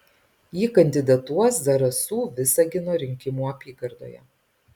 ji kandidatuos zarasų visagino rinkimų apygardoje